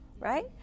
right